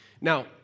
Now